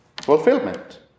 fulfillment